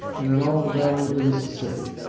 and in all the valley of the mississippi.